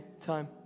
time